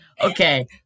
Okay